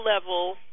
level